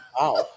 Wow